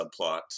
subplot